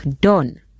done